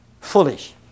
Foolish